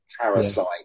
...parasite